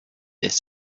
this